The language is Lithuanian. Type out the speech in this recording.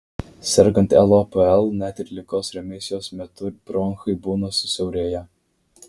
sergant lopl net ir ligos remisijos metu bronchai būna susiaurėję